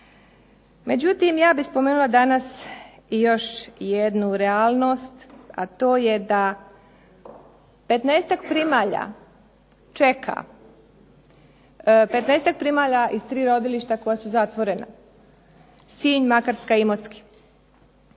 Međutim, ja bih spomenula danas još jednu realnost, a to je da 15-ak primalja čeka, 15-ak primalja iz 3 rodilišta koja su zatvorena – Sinj, Makarska, Imotski,